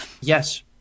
Yes